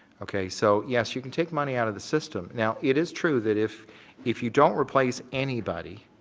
okay, so, yes, you can take money out of the system. now it is true that if if you don't replace anybody,